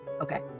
okay